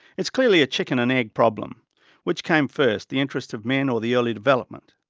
it's clearly a chicken and egg problem which came first, the interest of men or the early development.